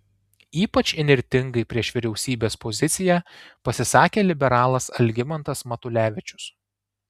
ypač įnirtingai prieš vyriausybės poziciją pasisakė liberalas algimantas matulevičius